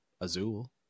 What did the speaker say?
Azul